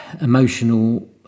emotional